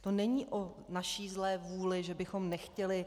To není o naší zlé vůli, že bychom nechtěli,